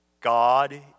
God